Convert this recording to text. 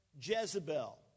Jezebel